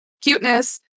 cuteness